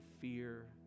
fear